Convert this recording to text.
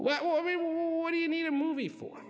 well we do you need a movie for